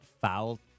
foul